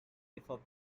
before